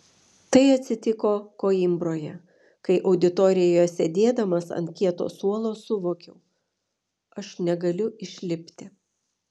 tai atsitiko koimbroje kai auditorijoje sėdėdamas ant kieto suolo suvokiau aš negaliu išlipti